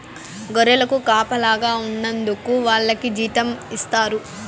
గొర్రెలకు కాపలాగా ఉన్నందుకు వాళ్లకి జీతం ఇస్తారు